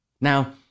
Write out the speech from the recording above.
Now